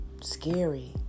scary